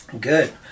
Good